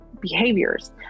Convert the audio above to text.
behaviors